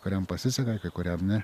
kuriam pasiseka kai kuriam ne